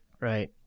Right